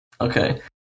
Okay